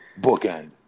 bookend